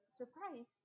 surprise